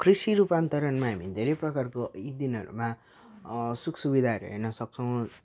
कृषि रुपान्तरणमा हामी धेरै प्रकारको दिनहरूमा सुखसुविधाहरू हेर्नसक्छौँ